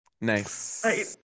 Nice